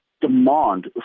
demand